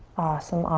awesome,